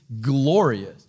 glorious